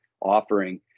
offering